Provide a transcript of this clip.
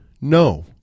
No